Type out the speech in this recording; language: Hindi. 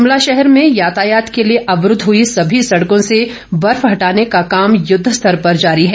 शिमला भाहर में यातायात के लिए अवरूद्व हुई सभी सड़कों से बर्फ हटाने का काम युद्धस्तर पर जारी है